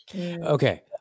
Okay